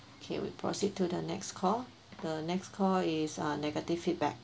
okay we proceed to the next call the next call is a negative feedback